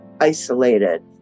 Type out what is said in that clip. isolated